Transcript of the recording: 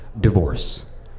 divorce